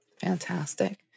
Fantastic